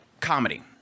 comedy